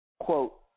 Quote